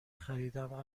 خریدم